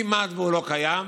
הוא כמעט שלא קיים.